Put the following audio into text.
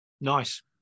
Nice